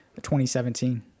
2017